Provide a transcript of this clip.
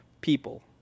people